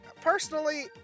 personally